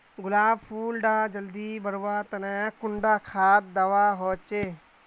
गुलाब फुल डा जल्दी बढ़वा तने कुंडा खाद दूवा होछै?